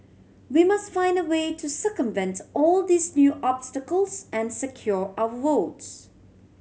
we must find a way to circumvent all these new obstacles and secure our votes